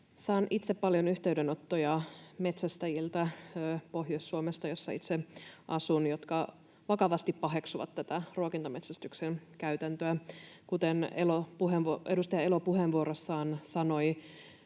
Saan itse paljon yhteydenottoja Pohjois-Suomesta, jossa itse asun, metsästäjiltä, jotka vakavasti paheksuvat tätä ruokintametsästyksen käytäntöä. Kuten edustaja Elo puheenvuorossaan sanoi,